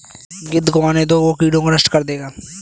गिद्ध को आने दो, वो कीड़ों को नष्ट कर देगा